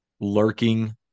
lurking